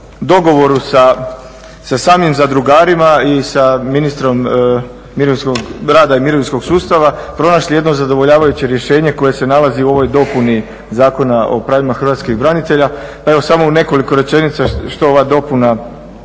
dogovoru sa samim zadrugarima i sa ministrom rada i mirovinskog sustava pronašli jedno zadovoljavajuće rješenje koje se nalazi u ovoj dopuni Zakona o pravima hrvatskih branitelja. Pa evo samo u nekoliko rečenica što ova dopuna